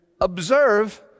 observe